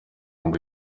ngo